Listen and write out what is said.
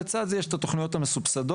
לצד זה יש את התוכניות המסובסדות,